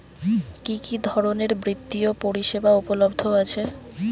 কি কি ধরনের বৃত্তিয় পরিসেবা উপলব্ধ আছে?